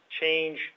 change